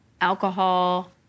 alcohol